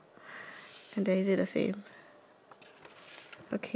okay then beside it there's a chart